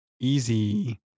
easy